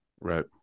Right